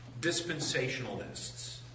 dispensationalists